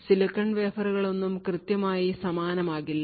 silicon വേഫറുകളൊന്നും കൃത്യമായി സമാനമാകില്ല